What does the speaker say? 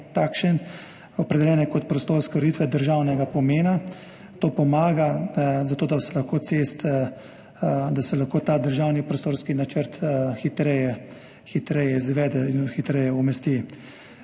takšen – opredeljene kot prostorske ureditve državnega pomena. To pomaga, zato da se lahko državni prostorski načrt hitreje izvede in hitreje umesti.